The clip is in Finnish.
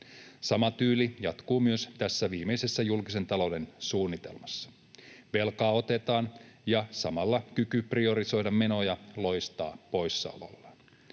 Sama tyyli jatkuu myös tässä viimeisessä julkisen talouden suunnitelmassa: velkaa otetaan, ja samalla kyky priorisoida menoja loistaa poissaolollaan.